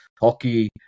hockey